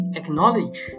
acknowledge